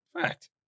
Fact